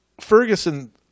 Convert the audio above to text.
Ferguson